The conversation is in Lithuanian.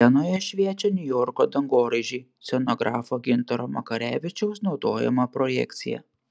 scenoje šviečia niujorko dangoraižiai scenografo gintaro makarevičiaus naudojama projekcija